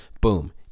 Boom